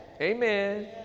Amen